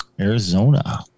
Arizona